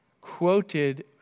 quoted